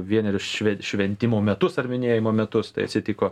vienerius šventimo metus ar minėjimo metus tai atsitiko